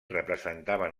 representaven